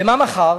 ומה מחר?